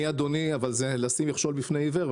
אבל זה לשים מכשול בפני עיוור,